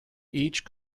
each